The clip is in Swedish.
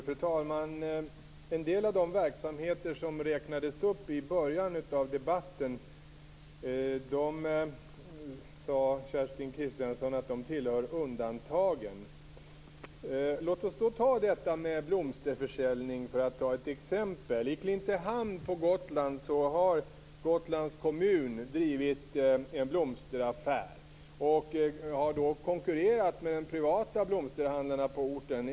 Fru talman! En del av de verksamheter som räknades upp i början av debatten sade Kerstin Kristiansson tillhörde undantagen. Låt oss ta blomsterförsäljning som ett exempel. I Klintehamn på Gotland har Gotlands kommun drivit en blomsteraffär och konkurrerat med de privata blomsterhandlarna på orten.